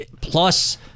plus